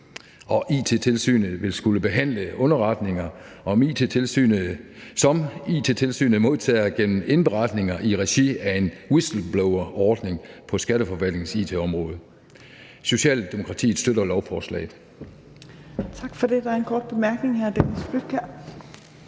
Og It-tilsynet vil skulle behandle underretninger, som It-tilsynet modtager gennem indberetninger i regi af en whistleblowerordning på skatteforvaltningens it-område. Socialdemokratiet støtter lovforslaget.